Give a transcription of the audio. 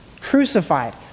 crucified